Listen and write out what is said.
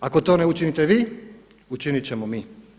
Ako to ne učinite vi, učinit ćemo mi.